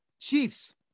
Chiefs